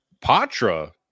Patra